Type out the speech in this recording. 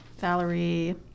Valerie